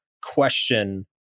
question